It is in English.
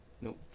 Nope